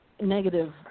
negative